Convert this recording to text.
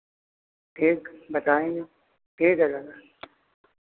ठीक बताएंगे ठीक है